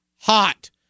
hot